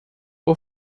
por